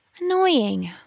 Annoying